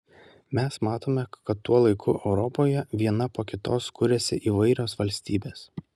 mes matome kad tuo laiku europoje viena po kitos kuriasi įvairios valstybės